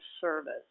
service